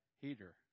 heater